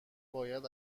باید